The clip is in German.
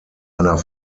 einer